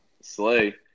Slay